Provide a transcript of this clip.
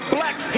Black